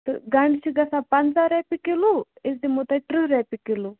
تہٕ گَنٛڈٕ چھِ گَژھان پنٛژاہ رۄپیہِ کِلو أسۍ دِمو تۅہہِ ترٕٛہ رۄپیہِ کِلو